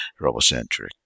Robocentric